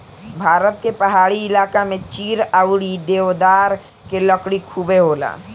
भारत के पहाड़ी इलाका में चीड़ अउरी देवदार के लकड़ी खुबे होला